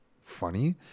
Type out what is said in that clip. funny